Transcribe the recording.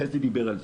חזי דיבר על זה,